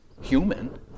human